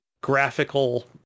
graphical